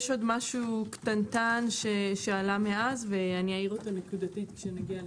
יש עוד משהו קטנטן שעלה מאז ואעיר אותו נקודתית כשנגיע לסעיף.